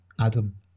Adam